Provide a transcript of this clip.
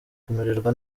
kumererwa